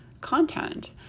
content